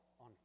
on